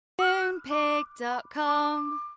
Moonpig.com